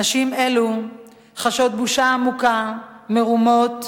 נשים אלו חשות בושה עמוקה, מרומות,